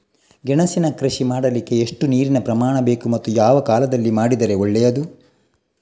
ಗೆಣಸಿನ ಕೃಷಿ ಮಾಡಲಿಕ್ಕೆ ಎಷ್ಟು ನೀರಿನ ಪ್ರಮಾಣ ಬೇಕು ಮತ್ತು ಯಾವ ಕಾಲದಲ್ಲಿ ಮಾಡಿದರೆ ಒಳ್ಳೆಯದು?